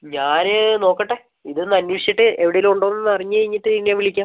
ഞാൻ നോക്കട്ടെ ഇതൊന്ന് അന്വേഷിച്ചിട്ട് എവിടെ എങ്കിലും ഉണ്ടോന്ന് അറിഞ്ഞ് കഴിഞ്ഞിട്ട് നിന്നെ വിളിക്കാം